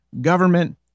government